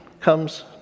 comes